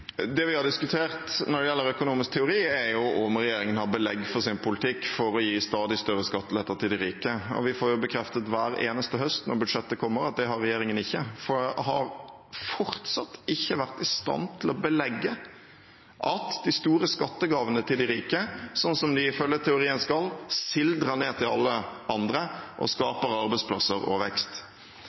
Det vi har diskutert når det gjelder økonomisk teori, er om regjeringen har belegg for sin politikk for å gi stadig større skatteletter til de rike. Og vi får bekreftet hver eneste høst når budsjettet kommer, at det har regjeringen ikke. For den har fortsatt ikke vært i stand til å belegge at de store skattegavene til de rike, slik de ifølge teorien skal, sildrer ned til alle andre og skaper arbeidsplasser og vekst.